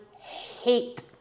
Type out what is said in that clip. hate